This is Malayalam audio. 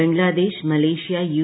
Bangladesh Malaysia U